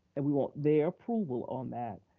and we want their approval on that,